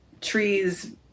trees